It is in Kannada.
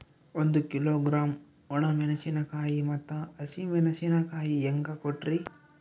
ಒಂದ ಕಿಲೋಗ್ರಾಂ, ಒಣ ಮೇಣಶೀಕಾಯಿ ಮತ್ತ ಹಸಿ ಮೇಣಶೀಕಾಯಿ ಹೆಂಗ ಕೊಟ್ರಿ?